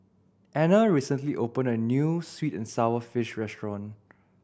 Anner recently opened a new sweet and sour fish restaurant